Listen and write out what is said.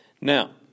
Now